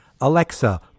Alexa